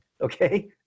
Okay